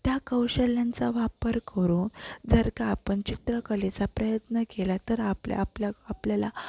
त्या कौशल्यांचा वापर करून जर का आपण चित्रकलेचा प्रयत्न केला तर आपल्या आपल्या आपल्याला